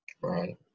Right